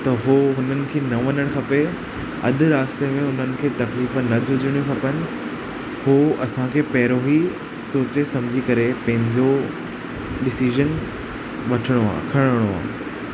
त उहो हुननि खे न वञणु खपे अधु रास्ते में हुननि खे तकलीफ़ न झूझणी खपनि हू असांखे पहिरियों ई सोचे समझी करे पंहिंजो डिसीज़न वठिणो आहे खणणो आहे